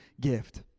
gift